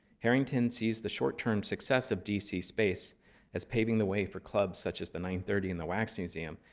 harrington sees the short term success of d c. space as paving the way for clubs such as the nine thirty and the wax museum,